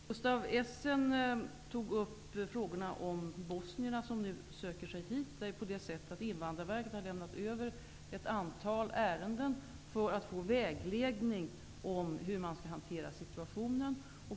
Gustaf von Essen tog upp frågorna om bosnierna som nu söker sig hit. Invandrarverket har ju lämnat över ett antal ärenden för att få vägledning om hur man skall hantera situationen.